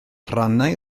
rhannau